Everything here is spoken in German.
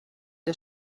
der